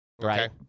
Right